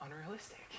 unrealistic